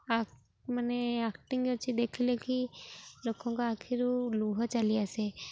ଆ ମାନେ ଆକ୍ଟିଂ ଅଛି ଦେଖିଲେ କି ଲୋକଙ୍କ ଆଖିରୁ ଲୁହ ଚାଲି ଆସେ